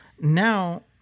now